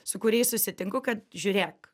su kuriais susitinku kad žiūrėk